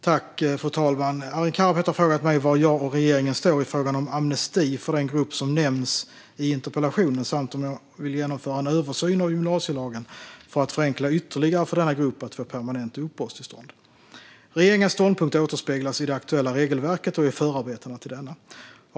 Fru talman! Arin Karapet har frågat mig var jag och regeringen står i frågan om amnesti för den grupp som nämns i interpellationen samt om jag vill genomföra en översyn av gymnasielagen för att förenkla ytterligare för denna grupp att få permanent uppehållstillstånd. Regeringens ståndpunkt återspeglas i det aktuella regelverket och i förarbetena till detta.